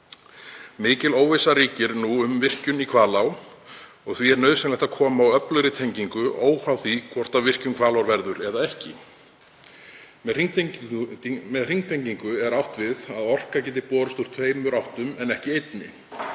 Mikil óvissa ríkir nú um virkjun Hvalár og því er nauðsynlegt að koma á öflugri hringtengingu, óháð því hvort af virkjun Hvalár verður eða ekki. Með hringtengingu er átt við að orka geti borist úr tveimur áttum en ekki einni.